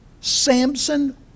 Samson